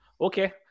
Okay